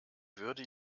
würde